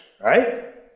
right